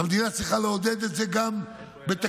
והמדינה צריכה לעודד את זה גם בתקציבים,